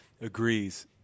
agrees